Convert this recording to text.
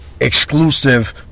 Exclusive